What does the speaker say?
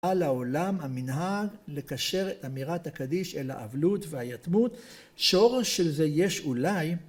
על העולם המנהג לקשר את אמירת הקדיש אל האבלות והיתמות שורש של זה יש אולי